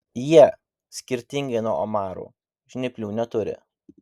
jie skirtingai nuo omarų žnyplių neturi